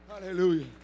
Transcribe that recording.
Hallelujah